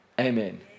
Amen